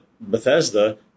Bethesda